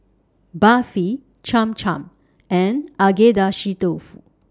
Barfi Cham Cham and Agedashi Dofu